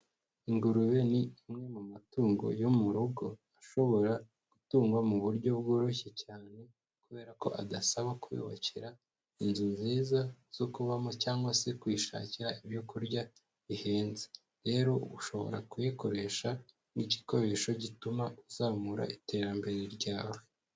Ingurube ni imwe mu matungo yo mu rugo, ashobora gutugwa mu buryo bworoshye cyane kubera ko adasaba kuyubakira inzu nziza zo kubamo cyangwase kuyishakira ibyo kurya bihenze, rero ushobora kuyikoresha nk'igikoresho gituma uzamura iterambere ryawe.